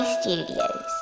Studios